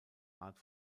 art